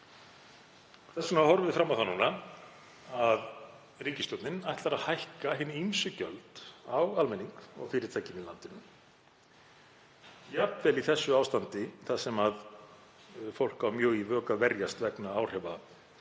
Þess vegna horfum við fram á það núna að ríkisstjórnin ætlar að hækka hin ýmsu gjöld á almenning og fyrirtæki í landinu, jafnvel í ástandi þar sem fólk á mjög í vök að verjast vegna áhrifa